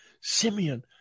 Simeon